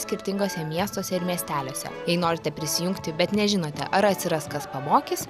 skirtinguose miestuose ir miesteliuose jei norite prisijungti bet nežinote ar atsiras kas pamokys